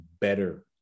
better